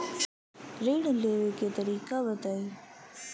ऋण लेवे के तरीका बताई?